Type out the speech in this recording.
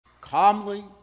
calmly